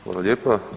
Hvala lijepa.